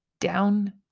down